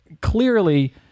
clearly